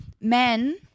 men